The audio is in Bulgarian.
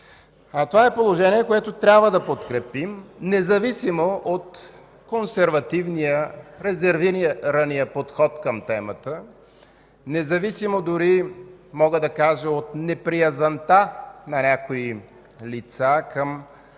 Това е положение, което трябва да подкрепим, независимо от консервативния, резервирания подход към темата, независимо, дори мога да кажа, от неприязънта на някои лица към